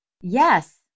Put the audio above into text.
Yes